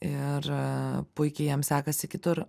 ir puikiai jam sekasi kitur